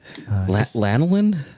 Lanolin